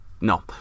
No